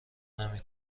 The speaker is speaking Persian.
نمی